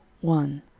one